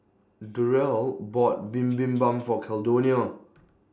Durrell bought Bibimbap For Caldonia